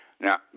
Now